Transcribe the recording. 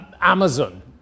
Amazon